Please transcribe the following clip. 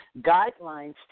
guidelines